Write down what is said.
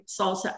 salsa